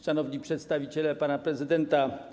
Szanowni Przedstawiciele Pana Prezydenta!